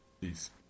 Peace